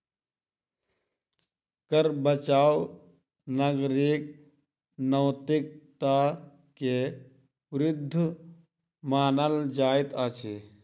कर बचाव नागरिक नैतिकता के विरुद्ध मानल जाइत अछि